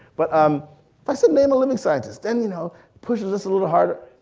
but um if i said name a living scientist, then you know pushing this a little harder.